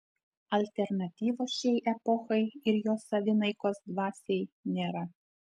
alternatyvos šiai epochai ir jos savinaikos dvasiai nėra